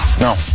no